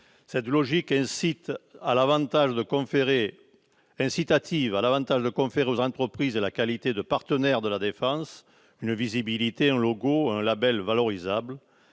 Cette logique incitative a l'avantage de conférer aux entreprises la qualité de partenaire de la défense, une visibilité, un logo et un label valorisable.